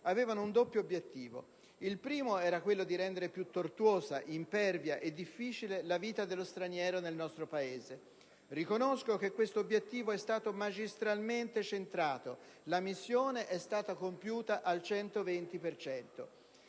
avevano un doppio obiettivo. Il primo era quello di rendere più tortuosa, impervia e difficile la vita dello straniero nel nostro Paese. Riconosco che questo obiettivo è stato magistralmente centrato: la missione è stata compiuta al 120